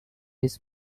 his